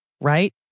right